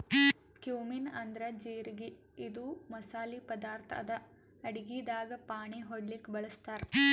cumin ಅಂದ್ರ ಜಿರಗಿ ಇದು ಮಸಾಲಿ ಪದಾರ್ಥ್ ಅದಾ ಅಡಗಿದಾಗ್ ಫಾಣೆ ಹೊಡ್ಲಿಕ್ ಬಳಸ್ತಾರ್